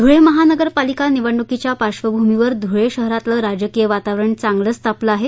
धुळे महानगरपालिका निवडणुकीच्या पार्श्वभूमीवर धुळे शहरातलं राजकीय वातावरण चांगलंच तापलं आहे